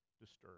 disturbed